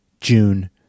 june